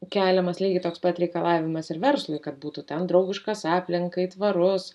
keliamas lygiai toks pat reikalavimas ir verslui kad būtų ten draugiškas aplinkai tvarus